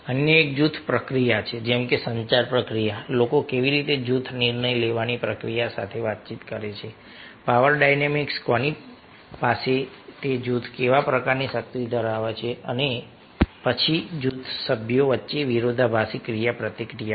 અન્ય એક જૂથ પ્રક્રિયા છે જેમ કે સંચાર પ્રક્રિયા લોકો કેવી રીતે જૂથ નિર્ણય લેવાની પ્રક્રિયા સાથે વાતચીત કરે છે પાવર ડાયનેમિક્સ કોની પાસે તે જૂથમાં કેવા પ્રકારની શક્તિ છે અને પછી જૂથના સભ્યો વચ્ચે વિરોધાભાસી ક્રિયાપ્રતિક્રિયાઓ